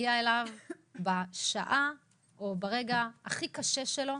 שמגיע אליו בשעה או ברגע הכי קשה שלו,